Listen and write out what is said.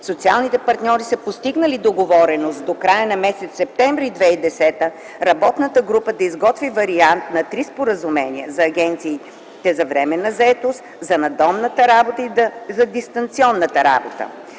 Социалните партньори са постигнали договореност до края на м. септември 2010 г. работната група да изготви вариант на три споразумения за агенциите за временна заетост, за надомната работа и за дистанционната работа.